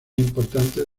importantes